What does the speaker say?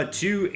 two